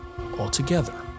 altogether